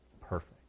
Perfect